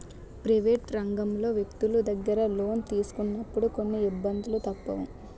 private రంగంలో వ్యక్తులు దగ్గర లోను తీసుకున్నప్పుడు కొన్ని ఇబ్బందులు తప్పవు